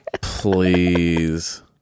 Please